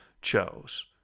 chose